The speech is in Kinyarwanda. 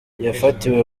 yafatiwe